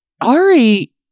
Ari